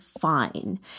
fine